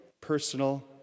personal